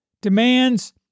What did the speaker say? Demands